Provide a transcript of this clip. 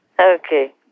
Okay